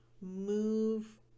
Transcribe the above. move